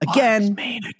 Again